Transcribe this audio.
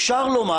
אפשר לומר